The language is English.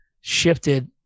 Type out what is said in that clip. shifted